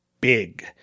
big